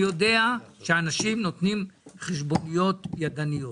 אני יודע שאנשים נותנים חשבוניות ידניות.